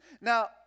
Now